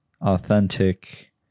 authentic